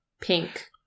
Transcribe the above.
pink